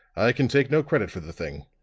i can take no credit for the thing.